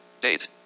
Date